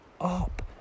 up